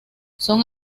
son